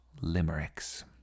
limericks